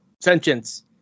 sentience